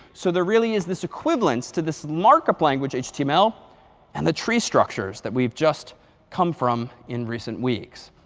so there really is this equivalence to this markup language html and the tree structures that we've just come from in recent weeks.